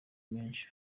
menshi